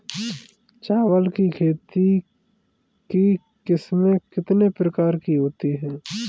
चावल की खेती की किस्में कितने प्रकार की होती हैं?